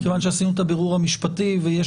מכיוון שעשינו את הבירור המשפטי ויש